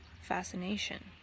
fascination